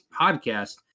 podcast